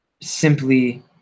simply